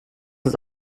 als